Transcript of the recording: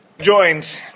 joined